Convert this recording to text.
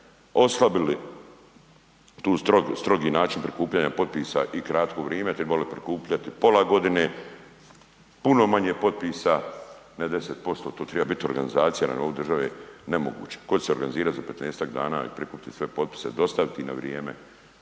oslabili tu strogi način prikupljanja potpisa i kratko vrime te morali prikupljati pola godine, puno manje potpisa, ne 10%. To treba biti organizacija na nivou države, nemoguće. Tko će se organizirati za 15-ak dana i prikupiti sve potpise, dostaviti ih na vrijeme?